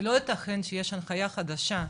זה לא יתכן שיש הנחייה חדשה,